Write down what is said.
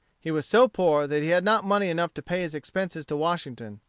he was so poor that he had not money enough to pay his expenses to washington.